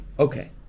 Okay